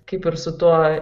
kaip ir su tuo